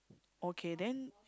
okay then